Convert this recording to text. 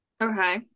Okay